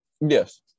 Yes